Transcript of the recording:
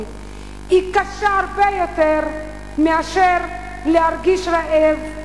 היא קשה הרבה יותר מאשר להרגיש רעב,